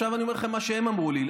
עכשיו אני אומר לכם מה שהם אמרו לי,